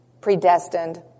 predestined